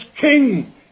king